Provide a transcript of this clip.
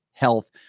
health